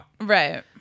Right